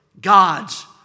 God's